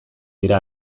dira